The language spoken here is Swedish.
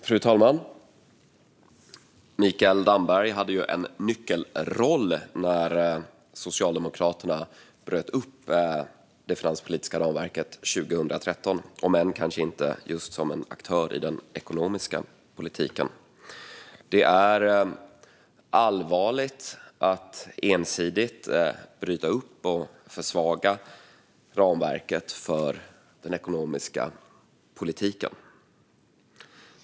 Fru talman! Mikael Damberg hade ju en nyckelroll när Socialdemokraterna bröt upp det finanspolitiska ramverket 2013, om än kanske inte som en aktör i just den ekonomiska politiken. Det är allvarligt att ensidigt bryta upp och försvaga ramverket för den ekonomiska politiken.